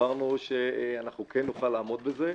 סברנו שכן נוכל לעמוד בזה.